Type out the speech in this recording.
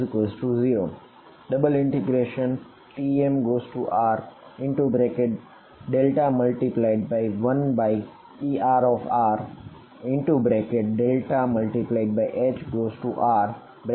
FHrdr0 Tmr